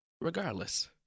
Regardless